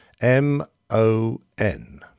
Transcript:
M-O-N